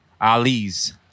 Ali's